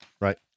right